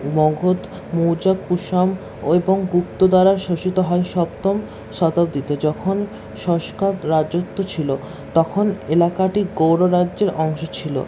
মগধ মৌর্য কুষান এবং গুপ্ত দ্বারা শোষিত হয় সপ্তম শতাব্দীতে যখন শক রাজত্ব ছিল তখন এলাকাটি গৌড় রাজ্যের অংশ ছিল